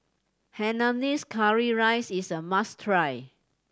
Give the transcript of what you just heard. Hainanese curry rice is a must try